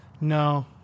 No